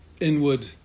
inward